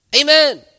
Amen